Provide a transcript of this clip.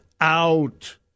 out